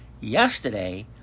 yesterday